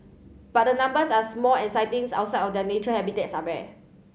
but the numbers are small and sightings outside of their natural habitats are rare